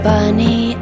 Bunny